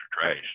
trash